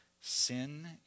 Sin